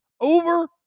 over